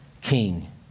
king